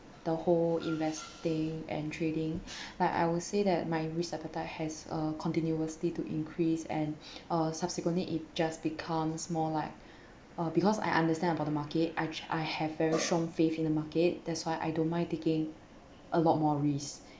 the whole investing and trading like I would say that my risk appetite has uh continuously to increase and uh subsequently it just becomes more like because I understand about the market which I have very strong faith in a market that's why I don't mind taking a lot more risk